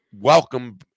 welcome